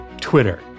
Twitter